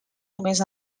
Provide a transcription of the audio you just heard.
només